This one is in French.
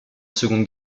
seconde